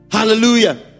hallelujah